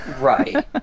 Right